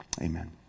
Amen